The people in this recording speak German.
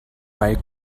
weil